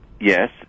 Yes